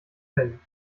fällen